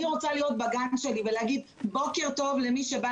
אני רוצה להיות בגן שלי ולהגיד "בוקר טוב" למי שבא